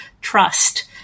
trust